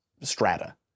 strata